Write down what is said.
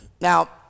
Now